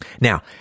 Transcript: Now